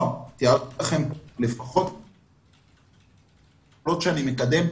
לא, תיארתי לכם פעולות שאני מקדם.